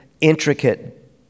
intricate